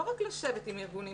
לא צריך רק לשבת עם הארגונים.